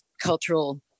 cultural